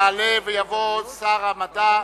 יעלה ויבוא שר המדע על